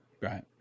Right